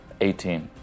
18